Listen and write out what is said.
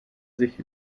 sich